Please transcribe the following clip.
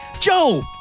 Joe